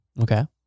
Okay